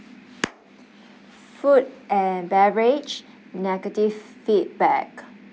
food and beverage negative feedback